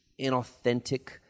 inauthentic